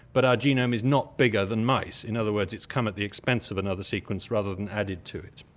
but our genome is not bigger than mice. in other words, it's come at the expense of another sequence, rather than added to it.